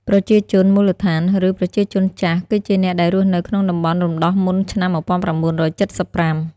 ប្រជាជនមូលដ្ឋាន ឬ "ប្រជាជនចាស់" គឺជាអ្នកដែលរស់នៅក្នុងតំបន់រំដោះមុនឆ្នាំ ១៩៧៥។